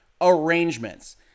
arrangements